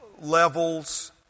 levels